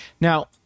Now